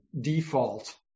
default